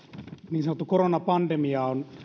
niin sanottu koronapandemia on